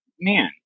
man